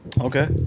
Okay